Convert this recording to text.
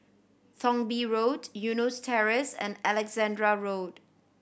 Thong Bee Road Eunos Terrace and Alexandra Road